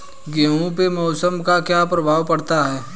गेहूँ पे मौसम का क्या प्रभाव पड़ता है?